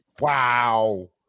wow